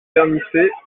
vernissées